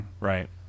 Right